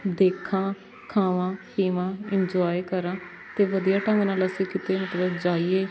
ਦੇਖਾਂ ਖਾਵਾਂ ਪੀਵਾਂ ਇੰਜੋਏ ਕਰਾਂ ਅਤੇ ਵਧੀਆ ਢੰਗ ਨਾਲ਼ ਅਸੀਂ ਕਿਤੇ ਮਤਲਬ ਜਾਈਏ